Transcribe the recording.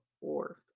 fourth